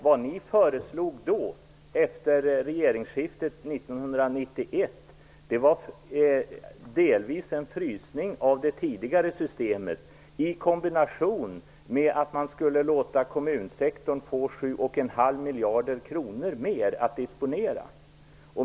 Vad ni föreslog efter regeringsskiftet 1991 var delvis en frysning av det tidigare systemet i kombination med att man skulle låta kommunsektorn få 7,5 miljarder kronor mer att disponera.